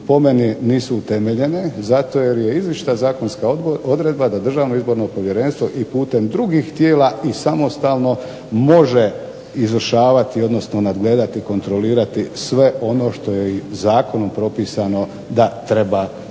po meni nisu utemeljene zato jer je izričita zakonska odredba da Državno izborno povjerenstvo i putem drugih tijela i samostalno može izvršavati, odnosno nadgledati i kontrolirati sve ono što je i zakonom propisanom da treba